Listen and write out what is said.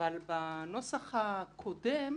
בנוסח הקודם